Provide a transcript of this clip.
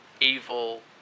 evil